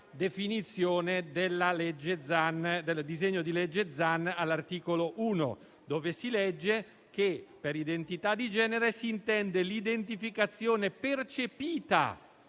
detto nel disegno di legge Zan all'articolo 1, dove si legge che: «per identità di genere si intende l'identificazione percepita